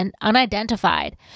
unidentified